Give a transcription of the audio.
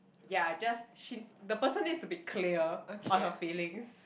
ya just she the person needs to be clear on her feelings